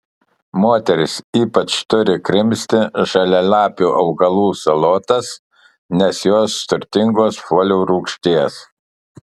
moterys ypač turi krimsti žalialapių augalų salotas nes jos turtingos folio rūgšties